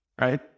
right